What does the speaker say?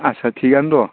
आस्सा थिकानो दं